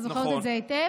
אני זוכרת את זה היטב,